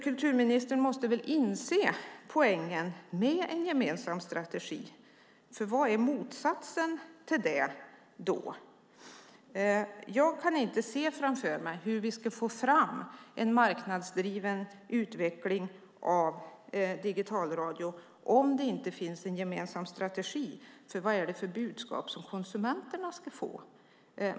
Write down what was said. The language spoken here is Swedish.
Kulturministern måste väl inse poängen med en gemensam strategi. Vad är motsatsen till det? Jag kan inte se hur vi ska få fram en marknadsdriven utveckling av digitalradio om det inte finns en gemensam strategi. Vad är det för budskap konsumenterna ska få?